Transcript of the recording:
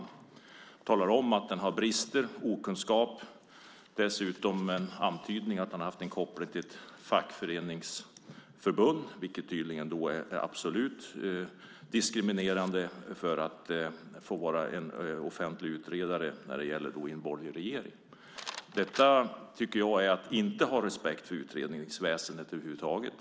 Man talar om att denna person har brister och okunskap och antyder dessutom att han har haft en koppling till ett fackförbund, något som tydligen är absolut diskriminerande för att få vara en offentlig utredare i en borgerlig regering. Detta tycker jag är att inte ha respekt för utredningsväsendet över huvud taget.